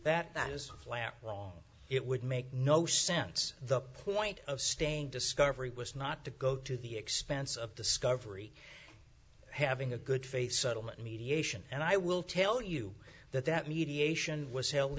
that is flat wrong it would make no sense the point of staying discovery was not to go to the expense of discovery having a good faith settlement mediation and i will tell you that that mediation was held